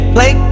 Play